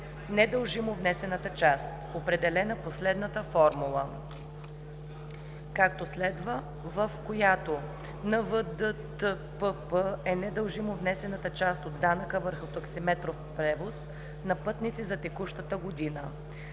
недължимо внесената част, определена по следната формула: НВДТПП=(ПДТПП х ОМ):БМ НВДТПП е недължимо внесената част от данъка върху таксиметров превоз на пътници за текущата година,